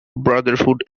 brotherhood